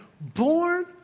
born